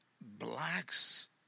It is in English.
Blacks